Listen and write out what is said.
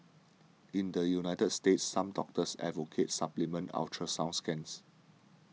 in the United States some doctors advocate supplemental ultrasound scans